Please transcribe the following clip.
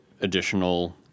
additional